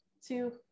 two